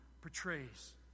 portrays